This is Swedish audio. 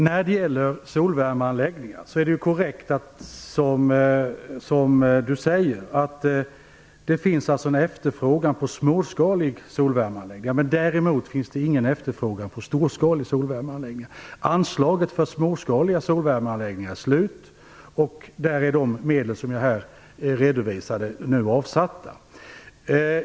Herr talman! Det är korrekt, som Owe Hellberg säger, att det finns en efterfrågan på småskaliga solvärmeanläggningar, däremot ingen efterfrågan på storskaliga. Anslaget för småskaliga solvärmeanläggningar är slut. Där är de medel som jag här redovisade nu avsatta.